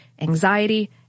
anxiety